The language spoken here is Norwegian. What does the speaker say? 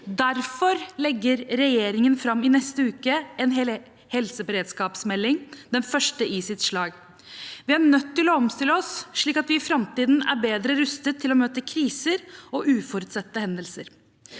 Derfor legger regjeringen i neste uke fram en helseberedskapsmelding, den første i sitt slag. Vi er nødt til å omstille oss, slik at vi i framtiden er bedre rustet til å møte kriser og uforutsette hendelser